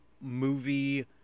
movie